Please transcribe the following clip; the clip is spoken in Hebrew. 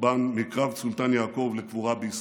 מקרב סולטאן יעקוב, לקבורה בישראל.